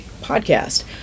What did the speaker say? podcast